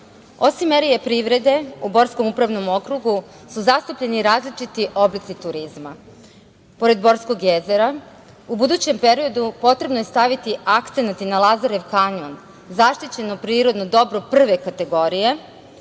BDP.Osim mera privrede, u Borskom upravnom okrugu su zastupljeni različiti oblici turizma. Pored Borskog jezera, u budućem periodu potrebno je staviti akcenat i na Lazarev kanjon, zaštićeno prirodno dobro prve kategorije